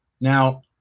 Now